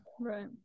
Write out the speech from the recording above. right